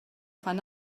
fan